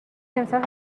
امسال